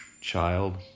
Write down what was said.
Child